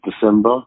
December